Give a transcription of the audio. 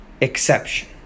exception